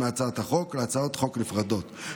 מהצעת החוק להצעות חוק נפרדות,